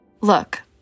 Look